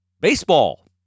Baseball